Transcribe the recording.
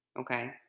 Okay